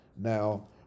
Now